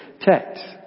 text